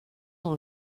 dans